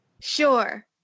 Sure